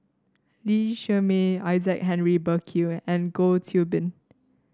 Lee Shermay Isaac Henry Burkill and Goh Qiu Bin